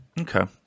Okay